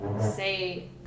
say